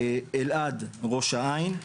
אלעד ראש העין,